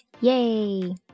Yay